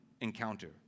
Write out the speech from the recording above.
encounter